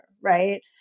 right